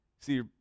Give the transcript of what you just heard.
See